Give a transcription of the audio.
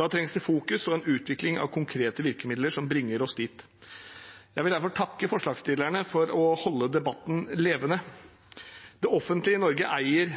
Da trengs det fokusering på og utvikling av konkrete virkemidler som bringer oss dit. Jeg vil derfor takke forslagsstillerne for å holde debatten levende. Det offentlige Norge eier